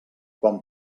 quan